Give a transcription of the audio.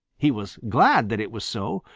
he was glad that it was so,